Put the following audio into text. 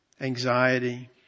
anxiety